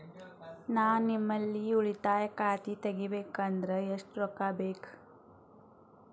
ನಾ ನಿಮ್ಮಲ್ಲಿ ಉಳಿತಾಯ ಖಾತೆ ತೆಗಿಬೇಕಂದ್ರ ಎಷ್ಟು ರೊಕ್ಕ ಬೇಕು?